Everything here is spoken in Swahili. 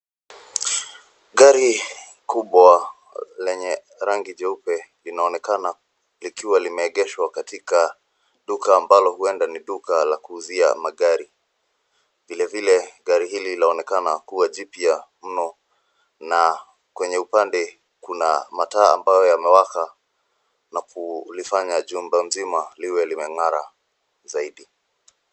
Gari kubwa lenye rangi jeupe linaonekana likiwa limeegeshwa katika duka ambalo huenda ni duka la kuuzia magari. Vilevile gari hili laonekana kuwa jipya mno na kwenye upande kuna mataa ambayo imewaka na kulifanya jumba mzima liwe limeng'ara zaidi.